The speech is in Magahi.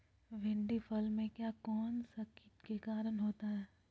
भिंडी फल में किया कौन सा किट के कारण होता है?